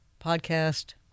Podcast